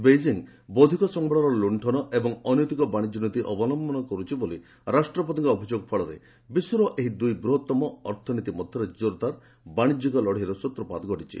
Beijing ବୌଦ୍ଧିକ ସମ୍ଭଳର ଲୁଶ୍ଚନ ଏବଂ ଅନୈତିକ ବାଶିଜ୍ୟ ନୀତି ଅବଲମ୍ଭନ କରୁଛି ବୋଳି ରାଷ୍ଟ୍ରପତିଙ୍କ ଅଭିଯୋଗ ଫଳରେ ବିଶ୍ୱର ଏହି ଦୁଇ ବୂହତ୍ତମ ଅର୍ଥନୀତି ମଧ୍ୟରେ କୋର୍ଦାର୍ ବାଶିଙ୍ଘ୍ୟ ଲଢ଼େଇର ସୂତ୍ରପାତ ଘଟିଛି